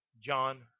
John